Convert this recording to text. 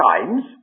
times